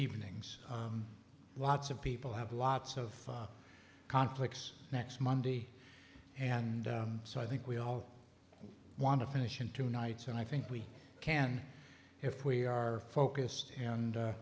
evenings lots of people have lots of conflicts next monday and so i think we all want to finish in two nights and i think we can if we are focused and